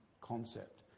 concept